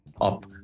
up